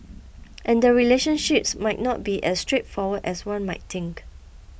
and the relationships might not be as straightforward as one might think